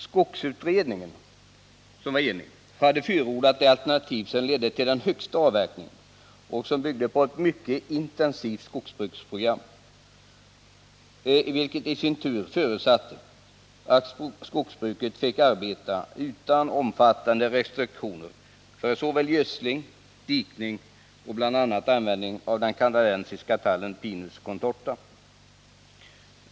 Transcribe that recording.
Skogsutredningen, som var enig, hade förordat det alternativ som ledde till den högsta avverkningen och som byggde på ett mycket intensivt skogsvårdsprogram, vilket i sin tur förutsatte att skogsbruket fick arbeta utan omfattande restriktioner för såväl gödsling och dikning som användning av den kanadensiska tallen Pinus contorta.